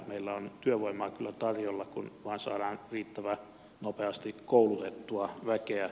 meillä on työvoimaa kyllä tarjolla kun vain saadaan riittävän nopeasti koulutettua väkeä